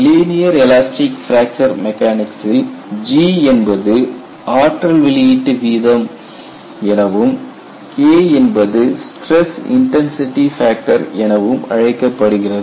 linear elastic fracture மெக்கானிக்சில் G என்பது ஆற்றல் வெளியீட்டு வீதம் எனவும் K என்பது ஸ்டிரஸ் இன்டன்சிடி ஃபேக்டர் எனவும் அழைக்கப்படுகிறது